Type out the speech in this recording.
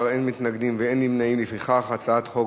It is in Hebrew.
ההצעה להעביר את הצעת חוק